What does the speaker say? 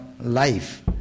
life